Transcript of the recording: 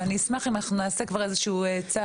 ואני אשמח אם אנחנו נעשה כבר איזה שהוא צעד